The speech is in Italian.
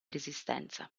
resistenza